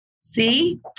See